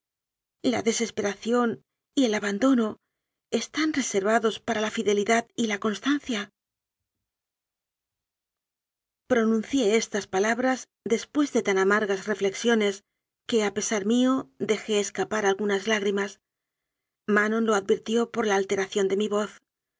la desesperación y el aban dono están reservados para la fidelidad y la cons tancia pronuncié estas palabras después de tan amar gas reflexiones que a pesar mío dejé escapar al gunas lágrimas manon lo advirtió por la altera ción de mi voz